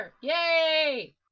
Yay